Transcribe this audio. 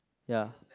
ya